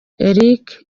eric